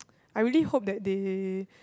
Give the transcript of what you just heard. I really hope that they